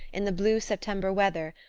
in the blue september weather,